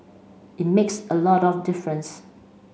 it makes a lot of difference